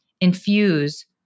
infuse